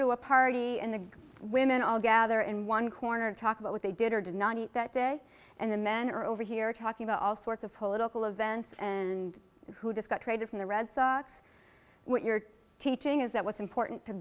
to a party and the women all gather in one corner and talk about what they did or did not eat that day and the men are over here talking about all sorts of political events and who just got traded from the red sox what you're teaching is that what's important